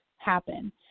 happen